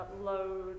load